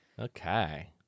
okay